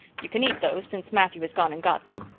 you can eat those, since matthew has gone and got them.